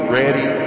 ready